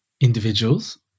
individuals